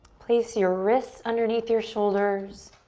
place your wrists underneath your shoulders,